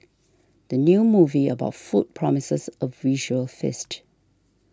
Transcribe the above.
the new movie about food promises a visual feast